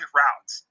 routes